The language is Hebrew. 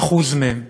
50% מהם